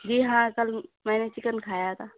جی ہاں کل میں نے چکن کھایا تھا